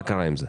מה קרה עם זה?